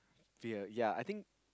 fear ya I think